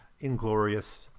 inglorious